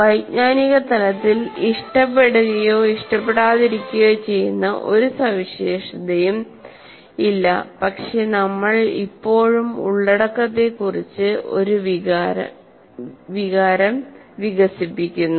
വൈജ്ഞാനിക തലത്തിൽ ഇഷ്ടപ്പെടുകയോ ഇഷ്ടപ്പെടാതിരിക്കുകയോ ചെയ്യുന്ന ഒരു സവിശേഷതയും ഇല്ല പക്ഷേ നമ്മൾ ഇപ്പോഴും ഉള്ളടക്കത്തെക്കുറിച്ച് ഒരു വികാരം വികസിപ്പിക്കുന്നു